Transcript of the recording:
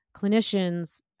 clinicians